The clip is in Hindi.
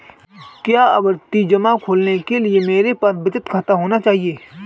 क्या आवर्ती जमा खोलने के लिए मेरे पास बचत खाता होना चाहिए?